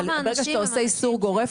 ברגע שאתה עושה איסור גורף,